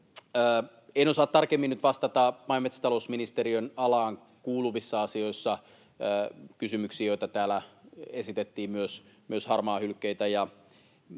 En osaa tarkemmin nyt vastata maa- ja metsätalousministeriön alaan kuuluvissa asioissa kysymyksiin, joita täällä esitettiin myös harmaahylkeiden